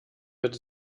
wird